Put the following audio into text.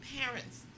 parents